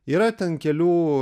yra ten kelių